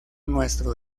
nuestro